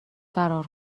فرار